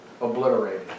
obliterated